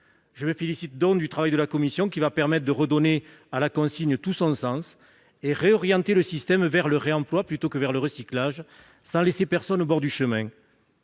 Je me félicite donc du travail de la commission, qui va permettre de redonner à la consigne tout son sens et de réorienter le système vers le réemploi plutôt que vers le recyclage, sans laisser personne au bord du chemin.